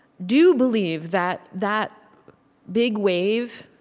do believe that that big wave